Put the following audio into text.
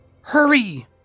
Hurry